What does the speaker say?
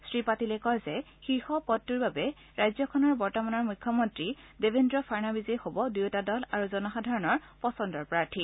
শ্ৰীপাটিলে কয় যে শীৰ্ষ পদটোৰ বাবে ৰাজ্যখনৰ বৰ্তমানৰ মুখ্যমন্ত্ৰী দেৱেদ্ৰ ফাড়নাভিছেই হ'ব দুয়োটা দল আৰু জনসাধাৰণৰ পছন্দৰ প্ৰাৰ্থী